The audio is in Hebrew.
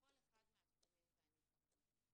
בכל אחד מהתחומים והנדבכים.